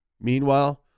Meanwhile